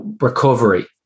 recovery